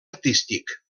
artístic